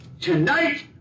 tonight